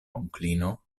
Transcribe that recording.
onklino